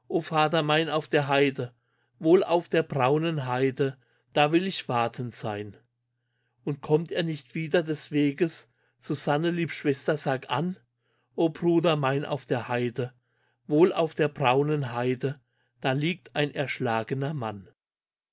vater mein auf der heide wohl auf der braunen heide da will ich warten sein und kommt er nicht wieder des weges susanne lieb schwester sag an o bruder mein auf der heide wohl auf der braunen heide da liegt ein erschlagener mann